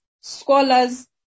scholars